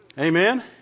Amen